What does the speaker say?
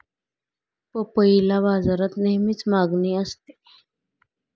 पपईला बाजारात नेहमीच मागणी असते